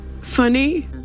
funny